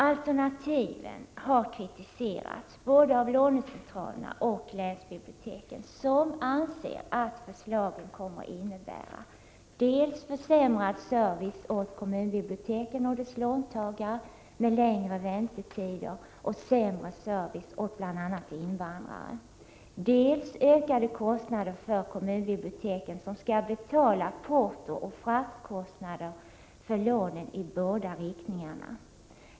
Alternativen har kritiserats både av lånecentralerna och av länsbiblioteken, som anser att förslagen kommer att innebära dels försämrad service åt kommunbiblioteken och dess låntagare med längre väntetider och sämre service åt bl.a. invandrare, dels ökade kostnader för kommunbiblioteken som skall betala portooch fraktkostnader för lånen i båda riktningarna.